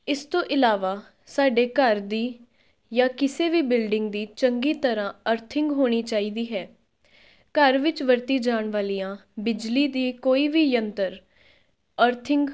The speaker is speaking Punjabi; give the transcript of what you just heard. ਇਸ ਤੋਂ ਇਲਾਵਾ ਸਾਡੇ ਘਰ ਦੀ ਜਾਂ ਕਿਸੇ ਵੀ ਬਿਲਡਿੰਗ ਦੀ ਚੰਗੀ ਤਰ੍ਹਾਂ ਅਰਥਿੰਗ ਹੋਣੀ ਚਾਹੀਦੀ ਹੈ ਘਰ ਵਿੱਚ ਵਰਤੀ ਜਾਣ ਵਾਲੀਆਂ ਬਿਜਲੀ ਦੇ ਕੋਈ ਵੀ ਯੰਤਰ ਅਰਥਿੰਗ